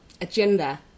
agenda